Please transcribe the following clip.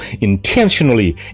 intentionally